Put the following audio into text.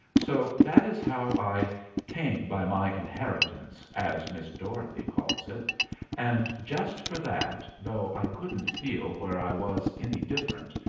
so that is how i came by my inheritance, as miss dorothy calls it and just for that, though i couldn't feel where i was any different,